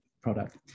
product